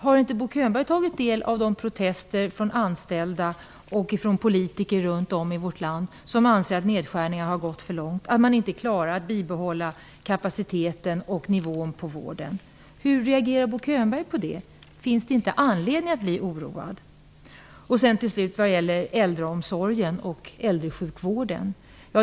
Har inte Bo Könberg tagit del av protester från anställda och politiker runt om i vårt land som anser att nedskärningarna har gått för långt, att man inte klarar att bibehålla kapaciteten och nivån på vården? Hur reagerar Bo Könberg på det? Finns det inte anledning att bli oroad? Till slut vad gäller äldreomsorgen och äldresjukvården.